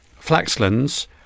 Flaxlands